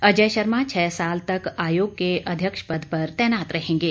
अजय शर्मा छह साल तक आयोग के अध्यक्ष पद पर तैनात रहेंगे